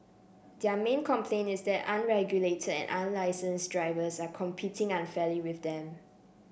their main complaint is that unregulated and unlicense drivers are competing unfairly with them